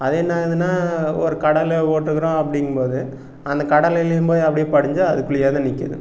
அது என்ன ஆகுதுன்னா ஒரு கடலை போட்டிருக்குறோம் அப்படிங்கும்போது அந்த கடலைலும் போய் அப்படியே படிஞ்சு அதுக்குள்ளயேதான் நிற்குது